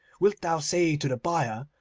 wilt thou say to the buyer,